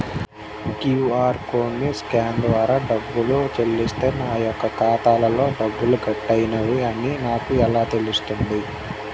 QR కోడ్ని scan ద్వారా డబ్బులు చెల్లిస్తే నా యొక్క ఖాతాలో డబ్బులు కట్ అయినవి అని నాకు ఎలా తెలుస్తుంది?